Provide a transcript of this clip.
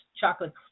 chocolate